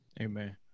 amen